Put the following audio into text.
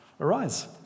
arise